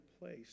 place